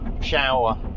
shower